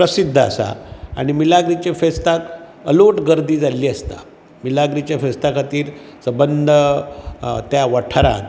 प्रसिद्द आसा आनी मिलाग्रीनचे फेस्ताक अलूट गर्दी जाल्ली आसता मिलाग्रीचे फेस्ता खातीर सबंद त्या वाठारांत